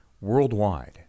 worldwide